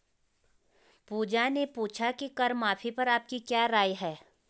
पूजा ने पूछा कि कर माफी पर आपकी क्या राय है?